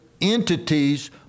entities